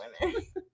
women